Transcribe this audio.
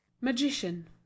Magician